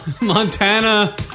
Montana